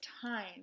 time